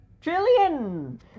Trillion